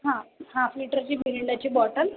हां हाफ लिटरची मिरिंडाची बॉटल